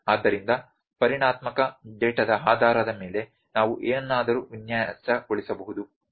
ಆದ್ದರಿಂದ ಪರಿಮಾಣಾತ್ಮಕ ಡೇಟಾದ ಆಧಾರದ ಮೇಲೆ ನಾವು ಏನನ್ನಾದರೂ ವಿನ್ಯಾಸಗೊಳಿಸಬಹುದು